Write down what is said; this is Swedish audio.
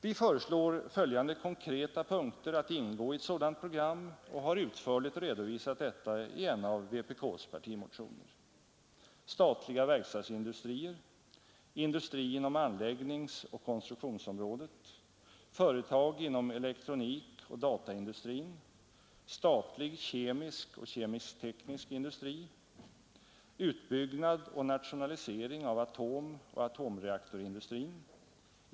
Vi föreslår följande konkreta punkter att ingå i ett sådant program och har utförligt redovisat detta i en av vpk:s partimotioner: Statliga verkstadsindustrier. Industri inom anläggningsoch konstruktionsområdet. Företag inom elektronikoch dataindustrin. Statlig kemisk och kemisk-teknisk industri. Utbyggnad och nationalisering av atomoch atomreaktorindustrin.